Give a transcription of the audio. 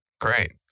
Great